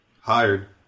hired